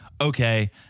okay